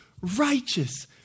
righteous